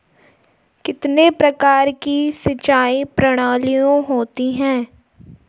कितने प्रकार की सिंचाई प्रणालियों होती हैं?